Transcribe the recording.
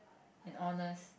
and honest